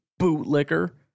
bootlicker